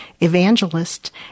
evangelist